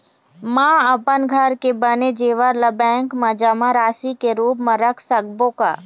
म अपन घर के बने जेवर ला बैंक म जमा राशि के रूप म रख सकबो का?